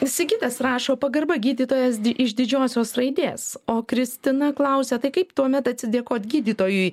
sigitas rašo pagarba gydytojas iš didžiosios raidės o kristina klausia tai kaip tuomet atsidėkot gydytojui